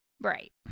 right